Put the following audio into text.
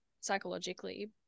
Psychologically